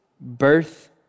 birth